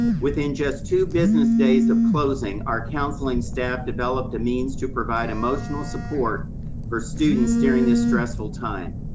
within just two business days of closing, our counseling staff developed a means to provide emotional support for students, during this stressful time.